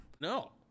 No